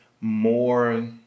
more